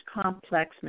complex